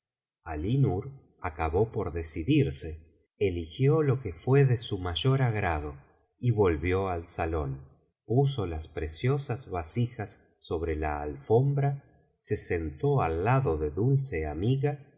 alí nur acabó por decidirse eligió lo que fué de su biblioteca valenciana generalitat valenciana historia de dulce amiga mayor agrado y volvió al salón puso las preciosas vasijas sobre la alfombra e sentó al lado de